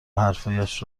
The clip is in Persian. حرفهایش